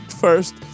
First